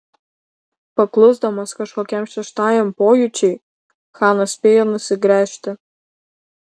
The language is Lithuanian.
paklusdamas kažkokiam šeštajam pojūčiui chanas spėjo nusigręžti